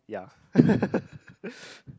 yeah